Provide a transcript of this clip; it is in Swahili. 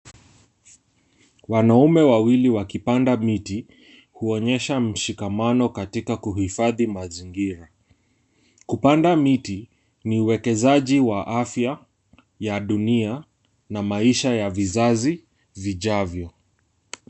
Wanaume wawili wakipanda miti huonyesha mshikamano katika kuhifadhi mazingira. Kupanda miti ni uwekezaji wa afya ya dunia na maisha ya vizazi vijavyo.